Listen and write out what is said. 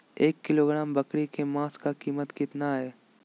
एक किलोग्राम बकरी के मांस का कीमत कितना है?